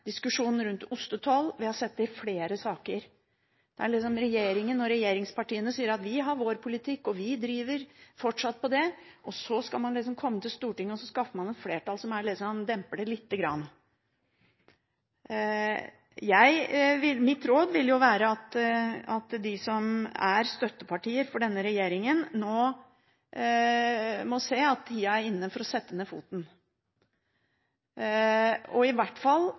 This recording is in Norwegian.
diskusjonen rundt ostetoll, vi har sett det i flere saker: Regjeringen og regjeringspartiene sier at de har sin politikk, og den står man fortsatt på, og så skal man komme til Stortinget og skaffe et flertall som demper det litt. Mitt råd vil være at de som er støttepartier for denne regjeringen, nå må se at tida er inne for å sette ned foten – i hvert fall